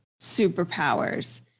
superpowers